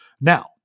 Now